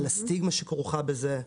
על הסטיגמה שכרוכה בזה,